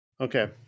Okay